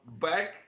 back